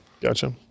Gotcha